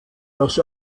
dass